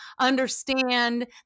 understand